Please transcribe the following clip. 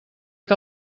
que